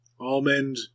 almond